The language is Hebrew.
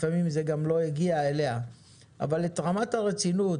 לפעמים זה גם לא הגיע אליה אבל את רמת הרצינות,